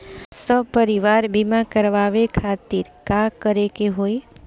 सपरिवार बीमा करवावे खातिर का करे के होई?